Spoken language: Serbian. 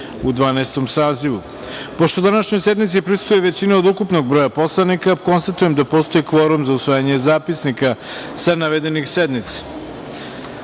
sazivu. Pošto današnjoj sednici prisustvuje većina od ukupnog broja poslanika, konstatujem da postoji kvorum za usvajanje zapisnika sa navedenih